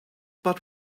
but